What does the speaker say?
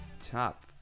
top